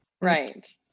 Right